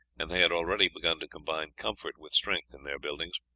and they had already begun to combine comfort with strength in their buildings.